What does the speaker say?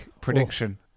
prediction